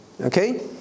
okay